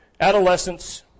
Adolescents